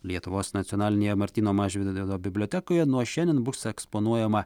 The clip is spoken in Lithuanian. lietuvos nacionalinėje martyno mažvydo bibliotekoje nuo šiandien bus eksponuojama